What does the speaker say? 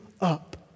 up